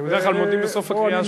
בדרך כלל מודים בסוף הקריאה השלישית.